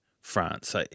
France